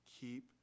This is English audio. Keep